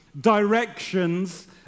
directions